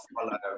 follow